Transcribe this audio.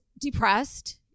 depressed